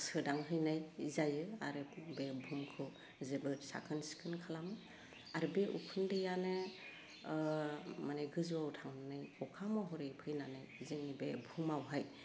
सोदां हैनाय जायो आरो बे बुहुमखौ जोबोद साखोन सिखोन खालामो आरो बे उखुन्दैआनो ओह माने गोजौवाव थांनाय अखा महरै फैनानै जोंनि बे बुहुमावहाय